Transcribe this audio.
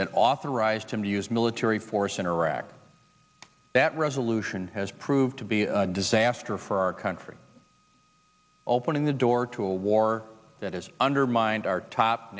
that authorized him to use military force in iraq that resolution has proved to be a disaster for our country opening the door to a war that has undermined our